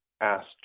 asked